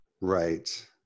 Right